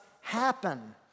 happen